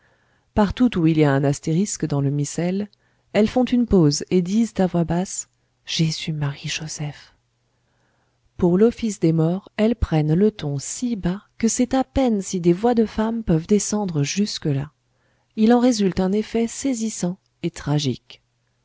partout où il y a un astérisque dans le missel elles font une pause et disent à voix basse jésus marie joseph pour l'office des morts elles prennent le ton si bas que c'est à peine si des voix de femmes peuvent descendre jusque-là il en résulte un effet saisissant et tragique